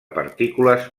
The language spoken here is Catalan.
partícules